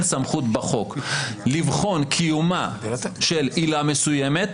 סמכות בחוק לבחון קיומה של עילה מסוימת,